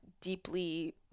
deeply